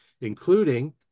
including